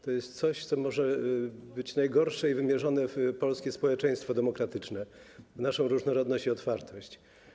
To jest coś, co może być najgorsze i może być wymierzone w polskie społeczeństwo demokratyczne, w naszą różnorodność i otwartość.